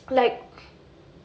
like